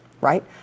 right